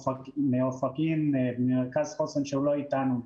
ממרכז חוסן באופקים.